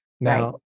Now